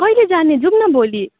कहिले जाने जाऔँ न भोलि